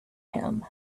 him